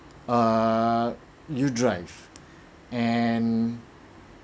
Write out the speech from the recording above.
err you drive and